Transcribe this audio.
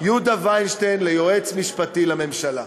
יהודה וינשטיין ליועץ משפטי לממשלה.